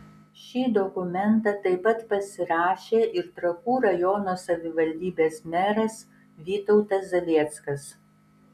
šį dokumentą taip pat pasirašė ir trakų rajono savivaldybės meras vytautas zalieckas